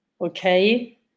okay